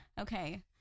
okay